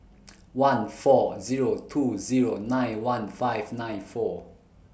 one four Zero two Zero nine one five nine four